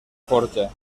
forja